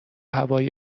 هوای